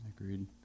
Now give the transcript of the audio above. Agreed